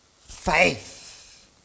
faith